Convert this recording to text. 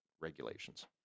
regulations